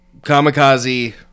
Kamikaze